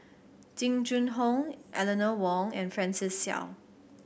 Jing Jun Hong Eleanor Wong and Francis Seow